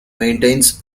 maintains